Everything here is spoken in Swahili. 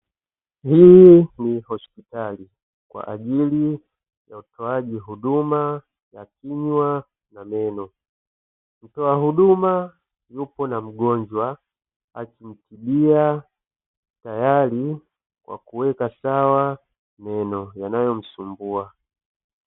Hii ni hospitali, kwa ajili ya utoaji huduma ya kinywa na meno, mtoa huduma yupo na mgonjwa akimtibia tayari kwa kuweka sawa meno yanayomsumbua.